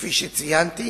כפי שציינתי,